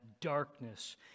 darkness